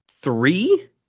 Three